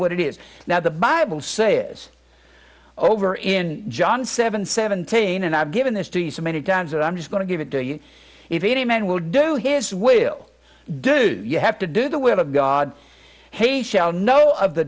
what it is now the bible say is over in john seven seventeen and i've given this to you so many times that i'm just going to give it to you if any man will do his will do you have to do the will of god hayes shall know of the